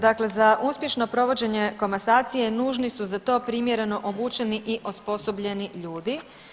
Dakle, za uspješno provođenje komasacije nužni su za to primjereno obučeni i osposobljeni ljudi.